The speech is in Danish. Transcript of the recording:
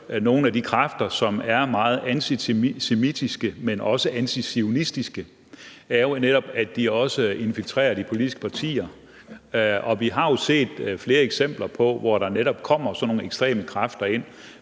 nogle af de kræfter, som er meget antisemitiske, men også antizionistiske, er jo netop, at de også infiltrerer de politiske partier. Og vi har jo set flere eksempler på, at der netop kommer sådan nogle ekstreme kræfter ind.